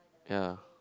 ya